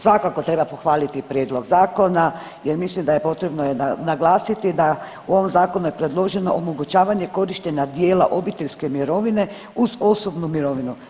Svakako treba pohvaliti Prijedlog zakona jer mislim da je potrebno naglasiti da u ovom Zakonu je predloženo omogućavanje korištenja dijela obiteljske mirovine uz osobnu mirovinu.